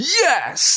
yes